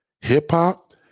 hip-hop